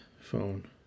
phone